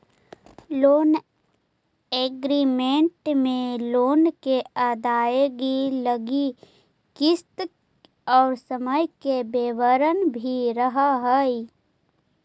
loan agreement में loan के अदायगी लगी किस्त और समय के विवरण भी रहऽ हई